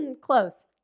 Close